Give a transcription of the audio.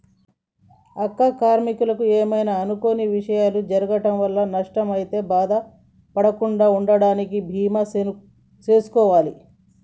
అక్క కార్మీకులకు ఏమైనా అనుకొని విషయాలు జరగటం వల్ల నష్టం అయితే బాధ పడకుండా ఉందనంటా బీమా సేసుకోవాలి